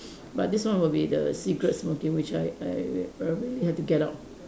but this one will be the cigarette smoking which I I will probably have to get out